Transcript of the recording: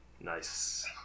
Nice